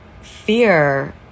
fear